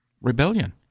Rebellion